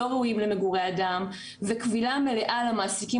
לא ראויים למגורי אדם וכבילה מלאה למעסיקים